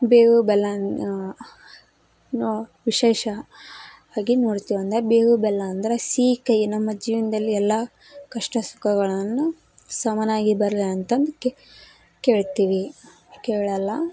ಬೇವು ಬೆಲ್ಲ ನಾ ವಿಶೇಷ ಆಗಿ ಏನು ಮಾಡ್ತೀವಂದರೆ ಬೇವು ಬೆಲ್ಲ ಅಂದರೆ ಸಿಹಿ ಕಹಿ ನಮ್ಮ ಜೀವನದಲ್ಲಿ ಎಲ್ಲ ಕಷ್ಟ ಸುಖಗಳನ್ನು ಸಮನಾಗಿ ಬರಲಿ ಅಂತಂದು ಕೇಳ್ತೀವಿ ಕೇಳೋಲ್ಲ